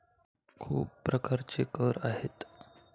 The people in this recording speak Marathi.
खूप प्रकारचे कर आहेत